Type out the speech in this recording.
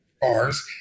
bars